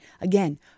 Again